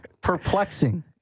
Perplexing